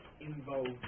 involved